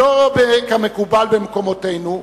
שלא כמקובל במקומותינו,